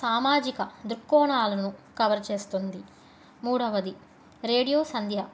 సామాజిక దృక్కోణాలను కవర్ చేస్తుంది మూడవది రేడియో సంధ్య